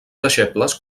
deixebles